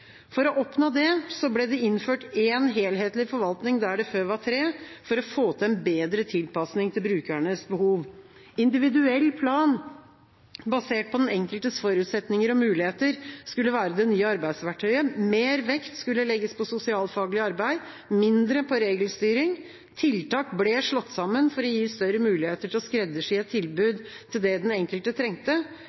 For å oppnå dette ble det innført én helhetlig forvaltning, der det før var tre, for å få til en bedre tilpasning til brukernes behov. Individuell plan basert på den enkeltes forutsetninger og muligheter skulle være det nye arbeidsverktøyet. Mer vekt skulle legges på sosialfaglig arbeid, mindre på regelstyring, tiltak ble slått sammen for å gi større muligheter for å skreddersy et tilbud til det den enkelte trengte,